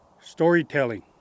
storytelling